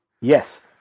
Yes